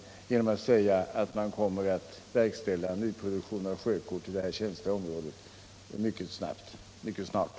Jag kan alltså säga att man kommer att nyproducera sjökort över detta känsliga område mycket snart.